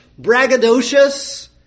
braggadocious